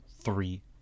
three